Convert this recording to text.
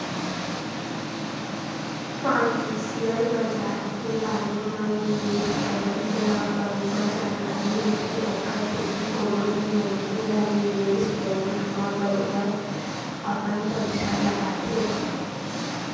financial बजार के बारे म निवेस बेंक ल बरोबर जानकारी होथे ओखर सेती कोनो भी मनखे ह निवेस बेंक म बरोबर अपन पइसा लगाथे